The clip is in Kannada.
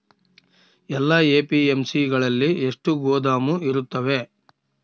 ಎಲ್ಲಾ ಎ.ಪಿ.ಎಮ್.ಸಿ ಗಳಲ್ಲಿ ಎಷ್ಟು ಗೋದಾಮು ಇರುತ್ತವೆ?